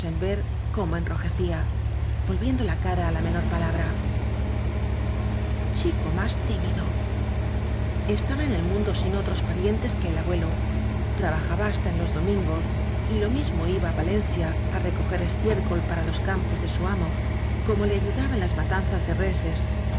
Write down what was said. cómo enrojecía volviendo la cara á la menor palabra chico más tímido estaba en el mundo sin otros parientes que el abuelo trabajaba hasta en los domingos y lo mismo iba á va lencia á recoger estiércol para los campos de su amo como le ayudaba en las matanzas de reses